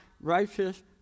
righteous